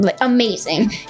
amazing